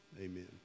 amen